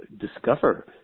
discover